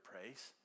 praise